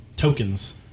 tokens